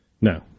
No